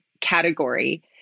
category